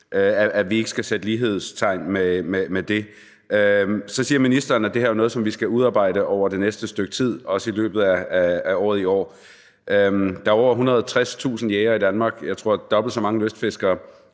at vi ikke skal sætte lighedstegn mellem de to. Så siger ministeren, at det her jo er noget, som vi skal udarbejde over det næste stykke tid, også i løbet af det her år. Der er over 160.000 jægere i Danmark, og jeg tror, at der er dobbelt så mange lystfiskere.